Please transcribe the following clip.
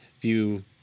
view